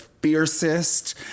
fiercest